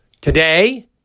today